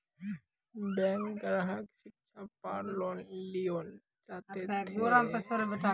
Bank ग्राहक शिक्षा पार लोन लियेल चाहे ते?